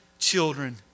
Children